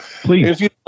please